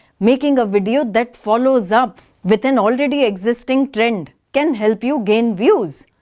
making a video that follows up with an already existing trend can help you gain views.